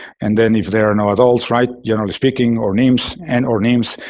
and then if there are no adults, right, generally speaking, or nymphs and or nymphs,